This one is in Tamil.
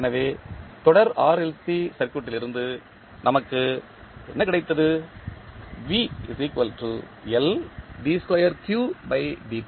எனவே தொடர் RLC சர்க்யூட் லிருந்து நமக்கு என்ன கிடைத்தது கிடைத்தது